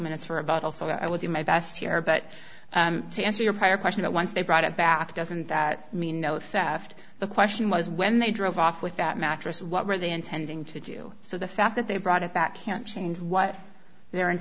minutes for a bottle so i will do my best here but to answer your prior question about once they brought it back doesn't that mean no faffed the question was when they drove off with that mattress what were they intending to do so the fact that they brought it back can change what their in